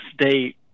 state